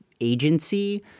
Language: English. agency